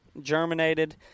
germinated